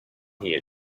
here